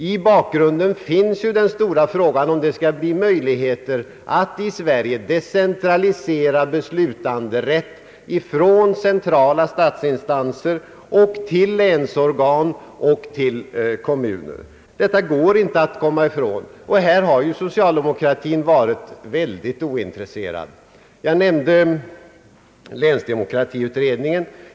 I bakgrunden finns ju den stora frågan, om det skall skapas möjligheter att i Sverige decentralisera beslutanderätt från centrala statsinstanser till länsorgan och till kommuner. Detta går det inte att komma ifrån. Här har socialdemokratin varit väldigt ointresserad. Jag nämnde länsdemokratiutredningen.